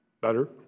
Better